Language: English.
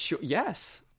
Yes